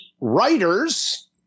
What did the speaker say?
writers